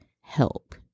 help